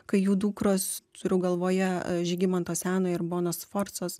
kai jų dukros turiu galvoje žygimanto senojo ir bonos sforcos